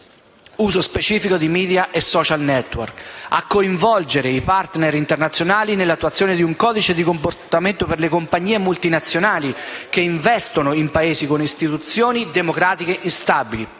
uso specifico di *media* e *social network,* a coinvolgere i *partner* internazionali nell'attuazione di un codice di comportamento, per le compagnie multinazionali che investono in Paesi con istituzioni democratiche instabili